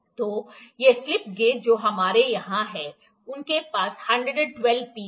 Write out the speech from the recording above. तो ये slip gauge जो हमारे यहां हैं उनके पास 112 पीस हैं